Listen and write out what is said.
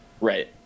Right